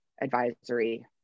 advisory